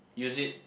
use it